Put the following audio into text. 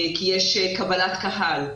כי יש קבלת קהל,